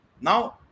now